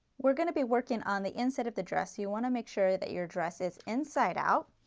we are going to be working on the inside of the dress, you want to make sure that your dress is inside out.